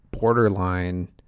borderline